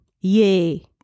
Yay